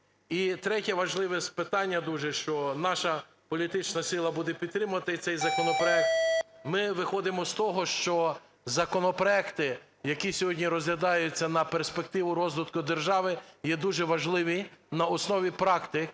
третє, важливе питання дуже, що наша політична сила буде підтримувати цей законопроект. Ми виходимо з того, що законопроекти, які сьогодні розглядаються на перспективу розвитку держави, є дуже важливі, на основі практик,